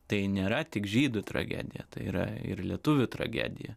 tai nėra tik žydų tragedija tai yra ir lietuvių tragedija